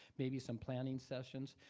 maybe some planning sessions,